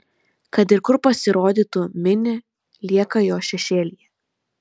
kad ir kur pasirodytų mini lieka jo šešėlyje